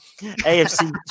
AFC